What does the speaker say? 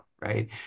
right